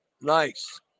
Nice